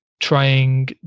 trying